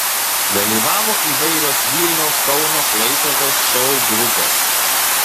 dalyvavo įvairios vilniaus kauno klaipėdos šou grupės